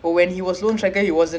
ya